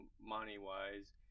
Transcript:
money-wise